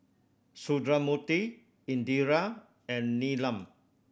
Sundramoorthy Indira and Neelam